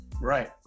Right